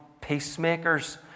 peacemakers